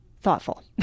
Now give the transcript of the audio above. thoughtful